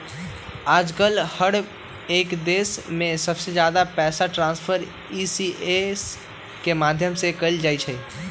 आजकल हर एक देश में सबसे ज्यादा पैसा ट्रान्स्फर ई.सी.एस के माध्यम से कइल जाहई